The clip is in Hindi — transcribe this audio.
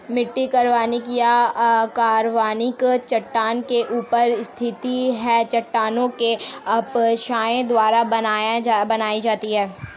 मिट्टी कार्बनिक या अकार्बनिक चट्टान के ऊपर स्थित है चट्टानों के अपक्षय द्वारा बनाई जाती है